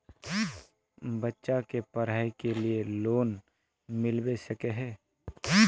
बच्चा के पढाई के लिए लोन मिलबे सके है?